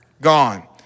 gone